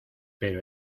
pero